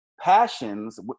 Passions